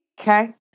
Okay